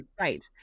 right